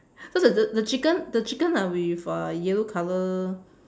cause the the the chicken the chicken are with uh yellow colour